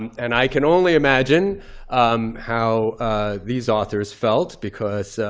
and i can only imagine how these authors felt because,